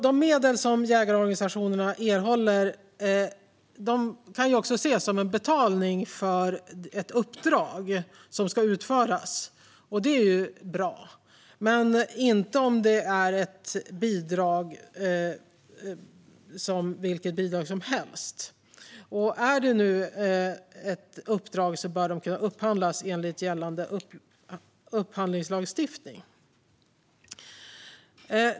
De medel som jägarorganisationerna erhåller kan också ses som en betalning för ett uppdrag som ska utföras, och det är bra. Men inte om det ses som vilket bidrag som helst. Är det nu ett uppdrag bör det kunna upphandlas enligt gällande upphandlingslagstiftning.